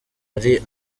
ari